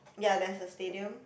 ya there's a stadium